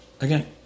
Again